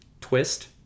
twist